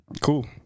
Cool